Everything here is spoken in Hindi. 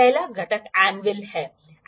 पहला घटक एन्विल है